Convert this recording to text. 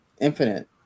infinite